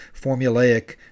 formulaic